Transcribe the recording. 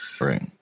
Right